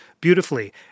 beautifully